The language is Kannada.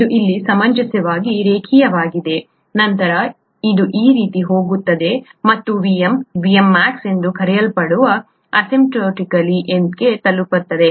ಇದು ಇಲ್ಲಿ ಸಮಂಜಸವಾಗಿ ರೇಖೀಯವಾಗಿದೆ ನಂತರ ಅದು ಈ ರೀತಿ ಹೋಗುತ್ತದೆ ಮತ್ತು Vm Vmax ಎಂದು ಕರೆಯಲ್ಪಡುವ ಅಸಿಂಪ್ಟೋಟಿಕಾಲಿಗೆ ತಲುಪುತ್ತದೆ